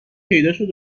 پیداشد